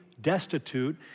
destitute